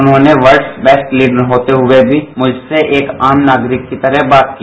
उन्होंने वर्डस गेस्ट क्लीन होते हुए भी मुझसे एक आम नागरिक की तरह बात की